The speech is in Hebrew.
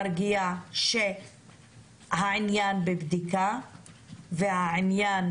שהעניין בבדיקה ושהעניין